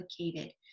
complicated